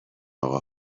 اقا